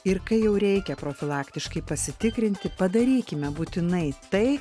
ir kai jau reikia profilaktiškai pasitikrinti padarykime būtinai tai